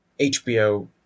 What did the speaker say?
HBO